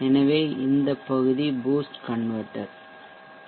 எனவே இந்த பகுதி பூஸ்ட் கன்வெர்ட்டர் பி